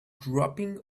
dropping